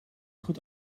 goed